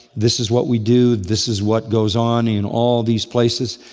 this is what we do this is what goes on in all these places.